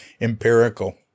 empirical